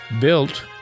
Built